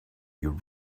you